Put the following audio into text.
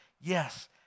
Yes